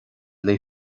léi